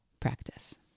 practice